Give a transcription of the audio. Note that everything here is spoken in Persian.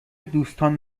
دوستان